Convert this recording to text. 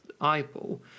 eyeball